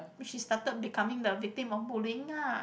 she started becoming the victim of bullying lah